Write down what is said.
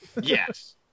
yes